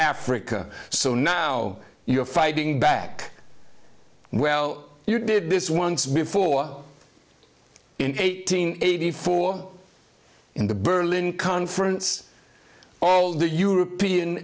africa so now you're fighting back well you did this once before in eight hundred eighty four in the berlin conference all the european